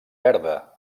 verda